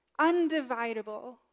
undividable